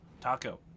Taco